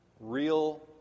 real